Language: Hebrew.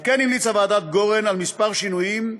על כן המליצה ועדת גורן על כמה שינויים,